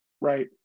Right